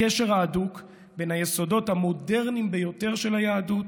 הקשר ההדוק בין היסודות המודרניים ביותר של היהדות